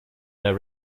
their